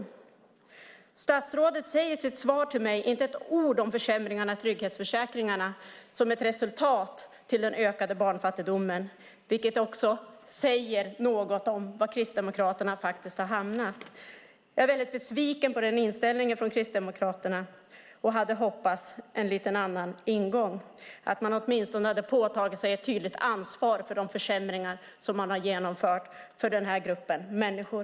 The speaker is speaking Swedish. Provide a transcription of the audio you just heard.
I sitt svar till mig säger statsrådet inte ett enda ord om försämringarna i trygghetsförsäkringarna som ett resultat när det gäller den ökade barnfattigdomen, vilket också säger något om var Kristdemokraterna hamnat. Jag är väldigt besviken på inställningen från Kristdemokraterna och hade hoppats på en lite annan ingång, att man åtminstone hade påtagit sig ett tydligt ansvar för de försämringar som man genomfört för den här gruppen människor.